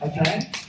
Okay